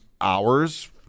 hours